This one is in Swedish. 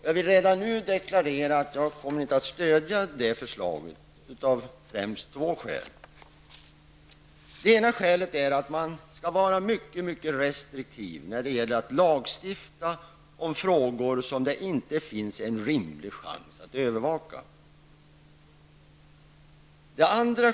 Jag vill redan nu deklarera att jag inte kommer att stödja det förslaget, främst av två skäl. Det ena skälet är att jag anser att man skall vara mycket restriktiv när det gäller att lagstifta om frågor i vilka det inte finns en rimlig chans att övervaka efterlevnaden.